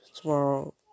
tomorrow